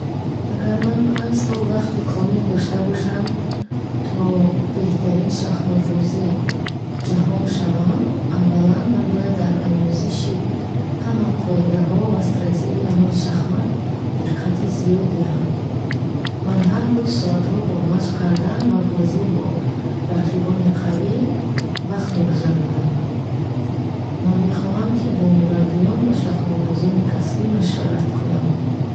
Агар ман панҷ сол вақти комил дошта бошам, то беҳтарин шахматбоззан дар ҷаҳон шавам, аввалан ман бояд ба омӯзиши ҳама қоидаҳо ва стратегияҳои шахмат диққати зиёд диҳам. Ман ҳар рӯз соатҳо бо машқ кардан ва бозӣ бо рақибони қавӣ вақт мегузаронам. Ман мехоҳам, ки бо мураббиён ва шахматбозони касбӣ машварат кунам.